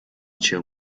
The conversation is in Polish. cię